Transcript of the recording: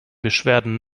beschwerden